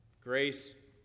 Grace